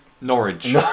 Norwich